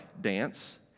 dance